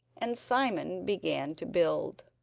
and simon began to build.